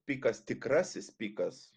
pikas tikrasis pikas